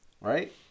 Right